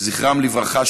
זכרם לברכה,